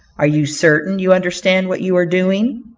are you certain you understand what you are doing?